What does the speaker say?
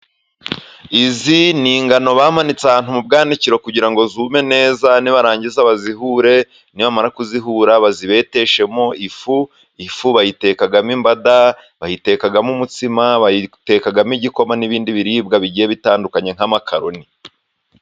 Izi ni ingano bamanitse ahantu mu bwanikiro, kugira ngo zume neza. Nibarangiza bazihure nibamara kuzihura, bazibeteshemo ifu. Ifu bayitekamo imbada, bayitekamo umutsima, bayitekamo igikoma, n’ibindi biribwa bigiye bitandukanye nk’amakaroni.